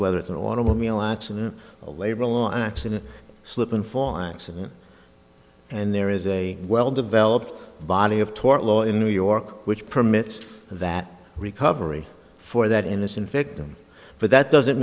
whether it's an automobile accident a label or accident slip and forensic and there is a well developed body of tort law in new york which permits that recovery for that innocent victim but that doesn't